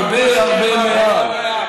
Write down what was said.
הרבה הרבה מעל.